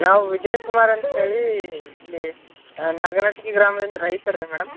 ನಾವು ವಿಜಯ್ ಕುಮಾರ್ ಅಂತೇಳಿ ಇಲ್ಲಿ ನಾಗನಾಟ್ಕಿ ಗ್ರಾಮದಿಂದ ರೈತ ರೀ ಮೇಡಮ್